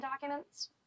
documents